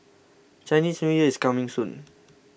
Chinese New Year is coming soon